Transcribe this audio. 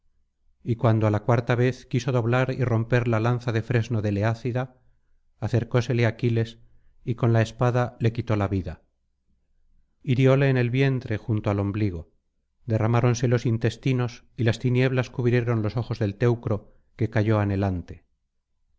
y cuando á la cuarta vez quiso doblar y romper la lanza de fresno del eácidá acercósele aquiles y con la espada le quitó la vida hirióle en el vientre junto al ombligo derramáronse los intestinos y las tinieblas cubrieron los ojos del teucro que cayó anhelante